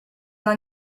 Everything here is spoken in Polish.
dla